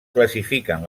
classifiquen